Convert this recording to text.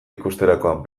ikusterakoan